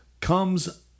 comes